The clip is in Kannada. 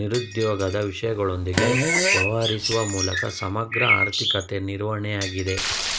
ನಿರುದ್ಯೋಗದ ವಿಷಯಗಳೊಂದಿಗೆ ವ್ಯವಹರಿಸುವ ಮೂಲಕ ಸಮಗ್ರ ಆರ್ಥಿಕತೆ ನಿರ್ವಹಣೆಯಾಗಿದೆ